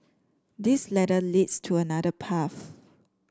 this ladder leads to another path